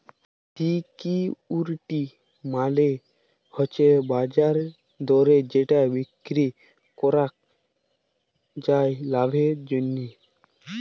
security মালে হচ্যে বাজার দরে যেটা বিক্রি করাক যায় লাভের জন্যহে